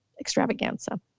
extravaganza